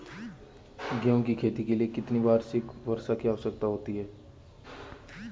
गेहूँ की खेती के लिए कितनी वार्षिक वर्षा की आवश्यकता होती है?